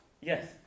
Yes